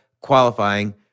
qualifying